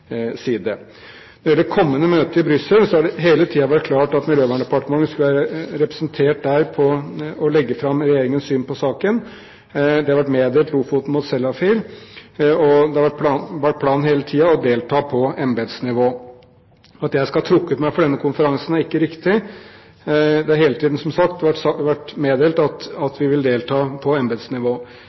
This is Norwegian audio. side. Når det gjelder det kommende møtet i Brussel, har det hele tiden vært klart at Miljøverndepartementet skal være representert der og legge fram Regjeringens syn på saken. Det har vært meddelt «Lofoten mot Sellafield», og det har vært planen hele tiden å delta på embetsnivå. At jeg skal ha trukket meg fra denne konferansen, er ikke riktig. Det har hele tiden, som sagt, vært meddelt at vi vil delta på embetsnivå.